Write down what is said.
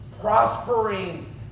Prospering